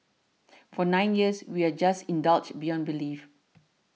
for nine years we were just indulged beyond belief